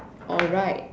alright